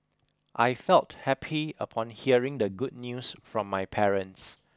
I felt happy upon hearing the good news from my parents